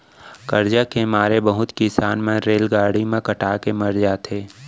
करजा के मारे बहुत किसान मन रेलगाड़ी म कटा के मर जाथें